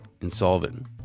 insolvent